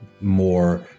more